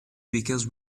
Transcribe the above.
because